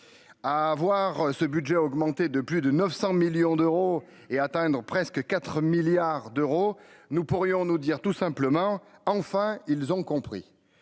avoir ce budget a augmenté de plus de 900 millions d'euros et atteindre presque 4 milliards d'euros, nous pourrions-nous dire tout simplement, enfin ils ont compris,